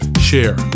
share